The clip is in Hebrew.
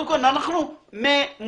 קודם כול אנחנו ממוקדים,